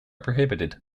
prohibited